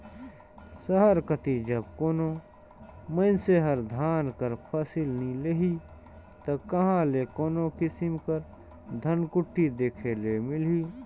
सहर कती जब कोनो मइनसे हर धान कर फसिल नी लेही ता कहां ले कोनो किसिम कर धनकुट्टी देखे ले मिलही